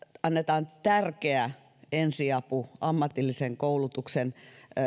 annetaan tärkeä ensiapu ammatillisen koulutuksen